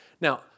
Now